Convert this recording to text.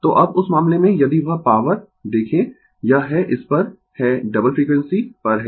तो अब उस मामले में यदि वह पॉवर देखें यह है इस पर है डबल फ्रीक्वेंसी पर है